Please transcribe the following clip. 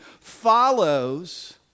follows